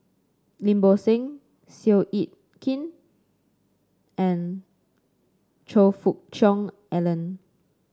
Lim Bo Seng Seow Yit Kin and Choe Fook Cheong Alan